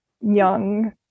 young